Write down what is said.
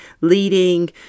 leading